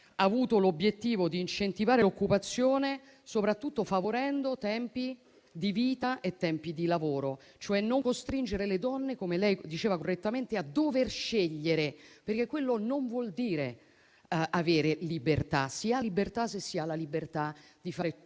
hanno avuto l'obiettivo di incentivare l'occupazione, soprattutto favorendo tempi di vita e tempi di lavoro, cioè non costringere le donne - come l'interrogante diceva correttamente - a dover scegliere, perché quello non vuol dire avere libertà. Si ha la libertà se si ha la libertà di fare tutte